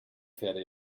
pferde